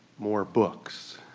more books.